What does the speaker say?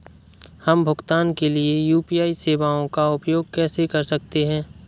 हम भुगतान के लिए यू.पी.आई सेवाओं का उपयोग कैसे कर सकते हैं?